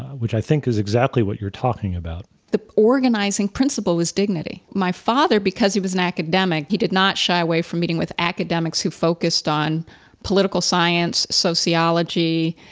which i think is exactly what you're talking about. the organizing principle was dignity. my father, because he was an academic, he did not shy away from meeting with academics who focused on political science, sociology,